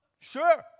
Sure